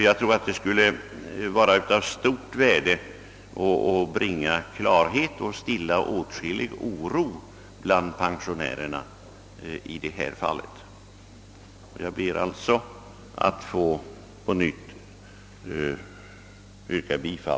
Jag tror att det skulle vara av stort värde att bringa klarhet och därmed tillfredsställa pensionärernas berättigade önskemål.